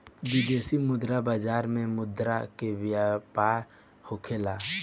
विदेशी मुद्रा बाजार में मुद्रा के व्यापार होखेला